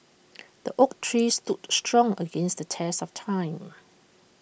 the oak tree stood strong against the test of time